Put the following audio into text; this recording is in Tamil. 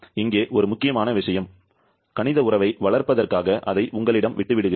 இங்கே ஒரு முக்கியமான விஷயம் கணித உறவை வளர்ப்பதற்காக அதை உங்களிடம் விட்டு விடுகிறேன்